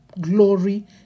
Glory